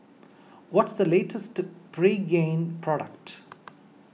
what is the latest Pregain product